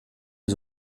les